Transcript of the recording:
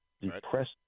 depressed